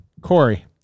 Corey